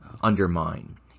undermine